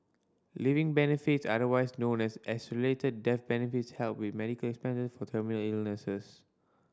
living benefits otherwise known as accelerated death benefits help with medical expenses for terminal illnesses